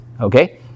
Okay